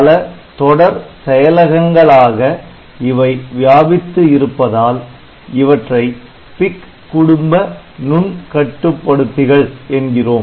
பல தொடர் செயலகங்கள் ஆக இவை வியாபித்து இருப்பதால் இவற்றை PIC குடும்ப நுண்கட்டுப்படுத்திகள் என்கிறோம்